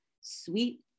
sweet